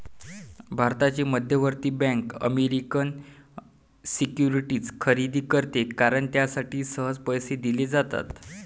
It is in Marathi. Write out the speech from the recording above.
भारताची मध्यवर्ती बँक अमेरिकन सिक्युरिटीज खरेदी करते कारण त्यासाठी सहज पैसे दिले जातात